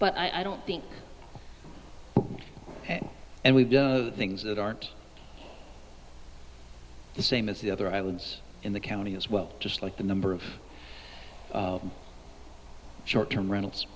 but i don't think and we've done things that aren't the same as the other islands in the county as well just like the number of short term reynolds